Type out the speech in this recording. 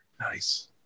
Nice